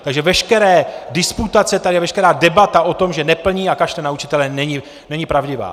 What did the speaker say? Takže veškeré disputace tady a veškerá debata o tom, že neplní a kašle na učitele, není pravdivá.